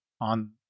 on